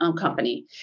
company